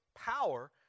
power